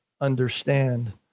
understand